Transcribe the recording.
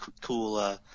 cool